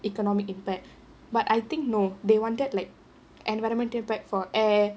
economic impact but I think no they wanted like environmental for air